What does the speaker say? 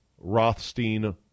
Rothstein